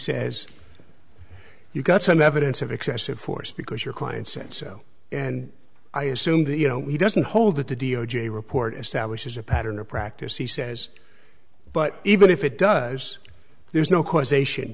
says you've got some evidence of excessive force because your client sent so and i assume that you know he doesn't hold that the d o j report establishes a pattern or practice he says but even if it does there's no causation